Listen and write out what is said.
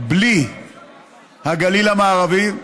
בלי הגליל המערבי,